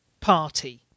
party